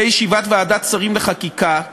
בישיבת ועדת שרים לחקיקה,